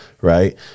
right